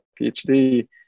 PhD